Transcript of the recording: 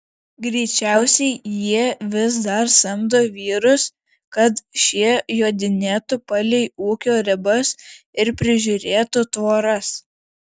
greičiausiai jie vis dar samdo vyrus kad šie jodinėtų palei ūkio ribas ir prižiūrėtų tvoras